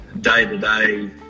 day-to-day